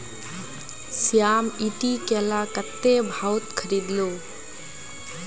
श्याम ईटी केला कत्ते भाउत खरीद लो